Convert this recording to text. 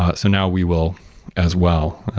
ah so now we will as well.